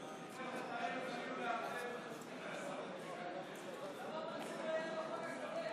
תוצאות ההצבעה על הצעת חוק יישום תוכנית ההתנתקות,